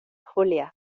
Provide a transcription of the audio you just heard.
julia